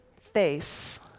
face